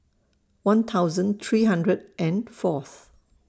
one thousand three hundred and Fourth